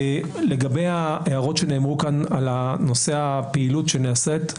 לגבי ההערות שנאמרו כאן על נושא הפעילות שנעשית,